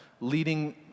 leading